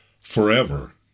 forever